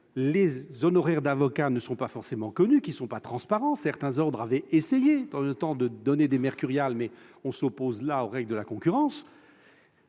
les honoraires d'avocat ne sont pas forcément connus, ils ne sont pas transparents. Certains ordres avaient un temps essayé de donner des mercuriales, mais on s'oppose là aux règles de la concurrence.